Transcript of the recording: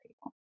people